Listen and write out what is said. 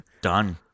Done